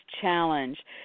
Challenge